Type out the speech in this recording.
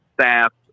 staff